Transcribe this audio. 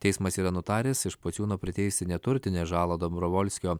teismas yra nutaręs iš pociūno priteisti neturtinę žalą dobrovolskio